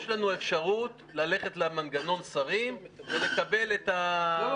יש לכם --- יש לנו אפשרות ללכת למנגנון שרים ולקבל --- לא,